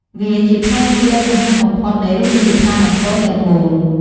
វាជាផ្នែកមួយដ៏សំខាន់បំផុតនៃរមណីយដ្ឋានអង្គរទាំងមូល ។